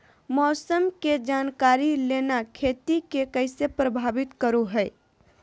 मौसम के जानकारी लेना खेती के कैसे प्रभावित करो है?